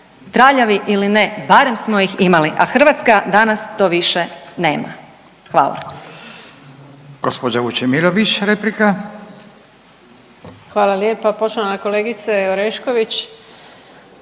Traljavi ili ne, barem smo ih imali, a Hrvatska danas to više nema. Hvala.